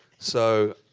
so